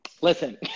Listen